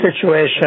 situation